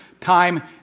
time